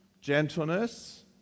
gentleness